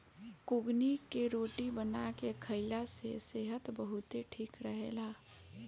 कुगनी के रोटी बना के खाईला से सेहत बहुते ठीक रहेला